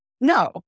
No